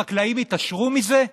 החקלאים התעשרו מזה?